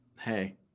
hey